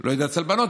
אני לא יודע אצל בנות,